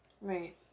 Right